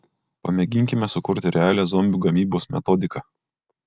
pamėginkime sukurti realią zombių gamybos metodiką